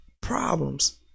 problems